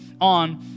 on